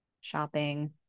shopping